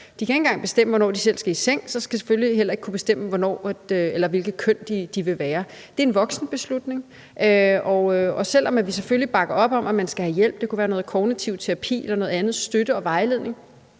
engang selv bestemme, hvornår de skal i seng, og så skal de selvfølgelig heller ikke selv kunne bestemme, hvilket køn de vil være. Det er en voksenbeslutning. Og selv om vi selvfølgelig bakker op om, at man skal have hjælp – det kunne være noget kognitiv terapi eller noget andet i form af støtte og vejledning